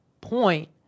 point